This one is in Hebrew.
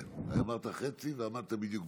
כן, אמרת חצי ועמדת בדיוק בחצי.